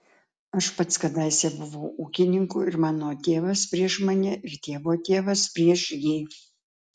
aš pats kadaise buvau ūkininku ir mano tėvas prieš mane ir tėvo tėvas prieš jį